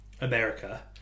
America